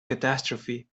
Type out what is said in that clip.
catastrophe